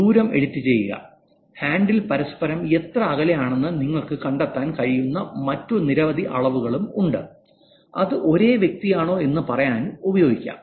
ദൂരം എഡിറ്റ് ചെയ്യുക ഹാൻഡിൽ പരസ്പരം എത്ര അകലെയാണെന്ന് നിങ്ങൾക്ക് കണ്ടെത്താൻ കഴിയുന്ന മറ്റ് നിരവധി അളവുകളും ഉണ്ട് അത് ഒരേ വ്യക്തിയാണോ എന്ന് പറയാനും ഉപയോഗിക്കാം